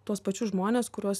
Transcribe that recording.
tuos pačius žmones kuriuos